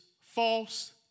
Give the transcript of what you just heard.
false